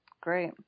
great